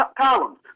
columns